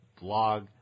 blog